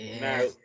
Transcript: Now